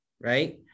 right